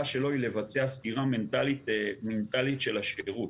שלו היא לבצע סגירה מנטלית של השירות.